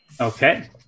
Okay